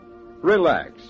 Relax